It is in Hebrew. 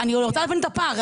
-- אני רוצה להבין את הפער.